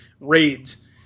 raids